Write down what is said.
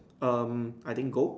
um I think gold